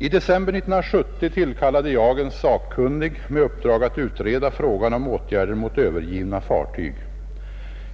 I december 1970 tillkallade jag en sakkunnig med uppdrag att utreda frågan om åtgärder mot övergivna fartyg.